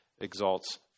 exalts